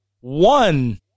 one